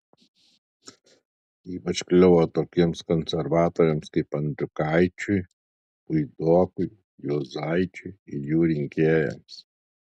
ypač kliuvo tokiems konservatoriams kaip andriukaičiui puidokui juozaičiui ir jų rinkėjams